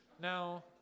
Now